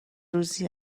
روزی